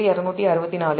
264 மற்றும் Ia1 Ia2 Ia0